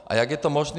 A jak je to možné?